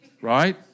Right